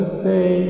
say